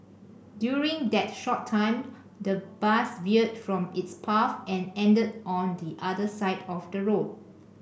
during that short time the bus veered from its path and ended on the other side of the road